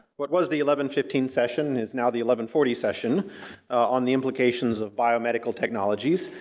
what was the eleven fifteen session is now the eleven forty session on the implications of biomedical technologies.